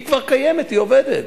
היא כבר קיימת, היא עובדת.